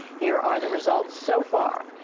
here are the results so far.